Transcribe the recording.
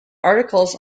articles